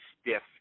stiff